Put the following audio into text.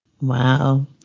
Wow